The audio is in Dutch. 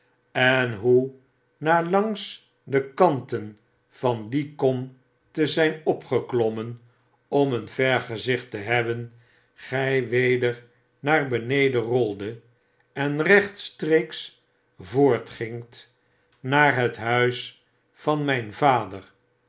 en hoe na langs de kanten van die kom te zyn opgeklommen om een vergezicht te hebben gy weder naar beneden roldet en rechtstreeks voortgingt naar het huis van myn vader